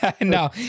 No